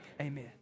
Amen